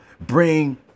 bring